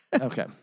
Okay